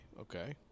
Okay